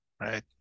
right